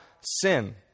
sin